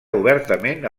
obertament